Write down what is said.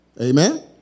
amen